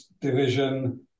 division